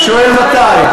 אתה שואל מתי.